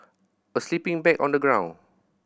a sleeping bag on the ground